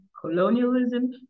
colonialism